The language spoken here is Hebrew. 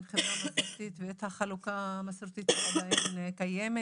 חברה מסורתית ואת החלוקה המסורתית שעדיין קיימת.